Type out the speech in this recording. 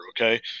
okay